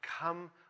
Come